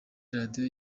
radiyo